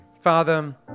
father